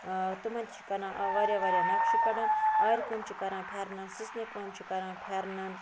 تِمَن تہِ چھِ کَران واریاہ واریاہ نَقشہِ کَڑان آرِ کٲم چھِ کَران پھٮ۪رَنن سٕژنہِ کٲم چھِ کَران پھٮ۪رنَن